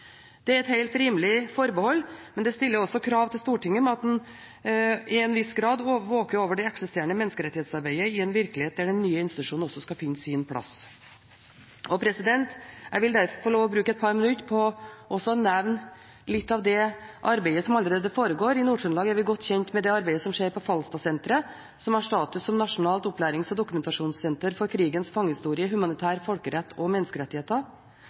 Det er et helt rimelig forbehold, men det stiller også krav til Stortinget om at en til en viss grad våker over det eksisterende menneskerettighetsarbeidet – i en virkelighet der den nye institusjonen også skal finne sin plass. Jeg vil derfor få lov til å bruke et par minutter på å nevne litt av det arbeidet som allerede foregår. I Nord-Trøndelag er vi godt kjent med det arbeidet som skjer på Falstadsenteret, som har status som nasjonalt opplærings- og dokumentasjonssenter for krigens fangehistorie, humanitær folkerett og menneskerettigheter.